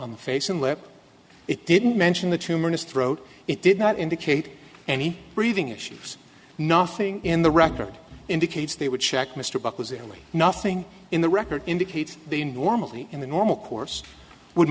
the face and lip it didn't mention the tumor in his throat it did not indicate any breathing issues nothing in the record indicates they would check mr black was the only nothing in the record indicate they normally in the normal course would